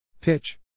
Pitch